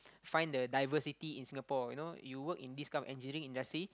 find the diversity in Singapore you know you work in this kind of engineering industry